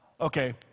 Okay